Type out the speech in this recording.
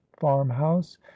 farmhouse